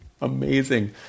amazing